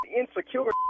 insecure